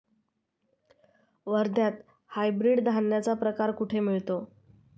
वर्ध्यात हायब्रिड धान्याचा प्रकार कुठे मिळतो?